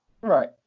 Right